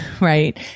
right